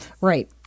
Right